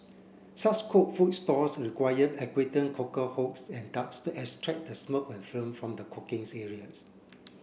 such cook food stalls required cooker hoods and ducts to extract the smoke and from the cooking's areas